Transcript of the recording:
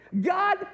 God